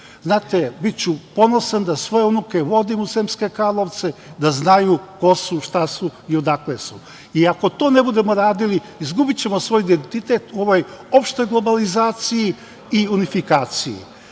biću ponosan da svoje unuke vodim u Sremske Karlovce da znaju ko su, šta su i odakle su. Ako to ne budemo radili, izgubićemo svoj identitet u ovoj opštoj globalizaciji i unifikaciji. Naravno,